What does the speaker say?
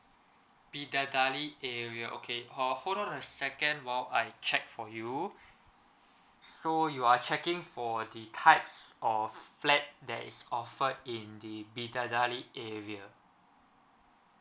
bidadari area okay oh hold on a second while I check for you so you are checking for the types of flat that is offered in the bidadari area